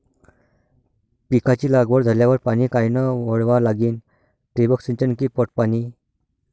पिकाची लागवड झाल्यावर पाणी कायनं वळवा लागीन? ठिबक सिंचन की पट पाणी?